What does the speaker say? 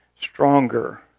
stronger